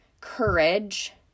courage